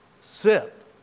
sip